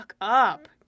up